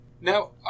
Now